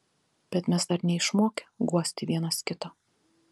bet mes dar neišmokę guosti vienas kito